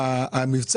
זה מבצע